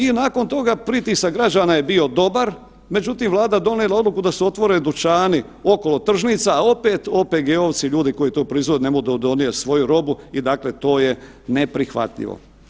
I nakon toga pritisak građana je bio dobar, međutim Vlada je donijela odluku da se otvori dućani okolo tržnica, opet OPG-ovci, ljudi koji to proizvode, ne mogu donijeti svoju robu i dakle, to je neprihvatljivo.